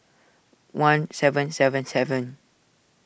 one seven seven seven